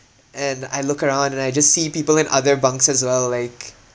and I look around and then I just see people in other bunks as well like